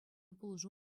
пулӑшу